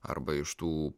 arba iš tų